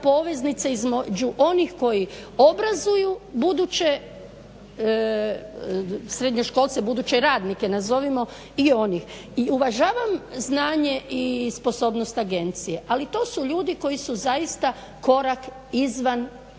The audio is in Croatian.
poveznica između onih koji obrazuju buduće srednjoškolce, buduće radnike nazovimo i oni. I uvažavam znanje i sposobnost agencije, ali to su ljudi koji su zaista korak izvan